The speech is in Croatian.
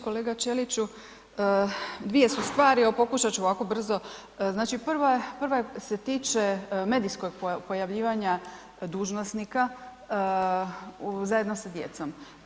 Kolega Ćeliću, dvije su stvari, evo pokušat ću ovako brzo, znači, prva je, prva se tiče medijskog pojavljivanja dužnosnika zajedno sa djecom.